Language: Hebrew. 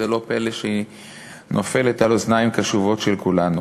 לא פלא שהיא נופלת על אוזניים קשובות של כולנו.